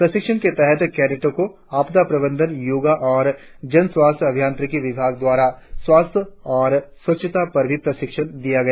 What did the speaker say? प्रशिक्षण के तहत कैडेटो को आपदा प्रवंधन योगा और जन स्वास्थ्य अभियांत्रिकी विभाग द्वारा स्वास्थ्य और स्वच्छता पर भी प्रशिक्षण दिया गया